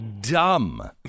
dumb